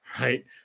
right